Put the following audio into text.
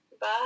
bye